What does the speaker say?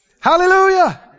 Hallelujah